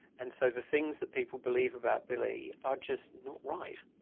and so the things that people believe about billy are just not right.